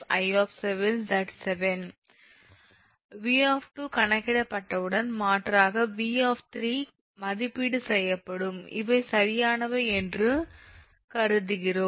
𝑉 கணக்கிடப்பட்டவுடன் மாற்றாக 𝑉 மதிப்பீடு செய்யப்படும் இவை சரியானவை என்று கருதுகிறோம்